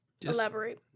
Elaborate